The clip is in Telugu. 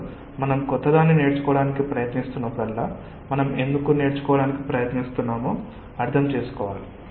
కాబట్టి మనం క్రొత్తదాన్ని నేర్చుకోవడానికి ప్రయత్నిస్తున్నప్పుడల్లా మనం ఎందుకు నేర్చుకోవటానికి ప్రయత్నిస్తున్నామో అర్థం చేసుకోవాలి